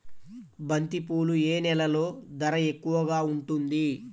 బంతిపూలు ఏ నెలలో ధర ఎక్కువగా ఉంటుంది?